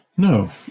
No